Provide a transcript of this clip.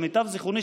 למיטב זכרוני,